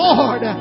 Lord